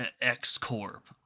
X-Corp